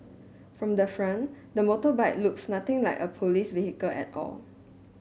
from the front the motorbike looks nothing like a police vehicle at all